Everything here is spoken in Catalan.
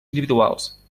individuals